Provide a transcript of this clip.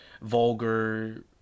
vulgar